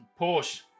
Porsche